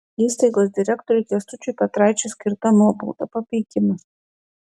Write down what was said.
įstaigos direktoriui kęstučiui petraičiui skirta nuobauda papeikimas